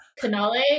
Canale